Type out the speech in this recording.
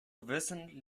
gewissen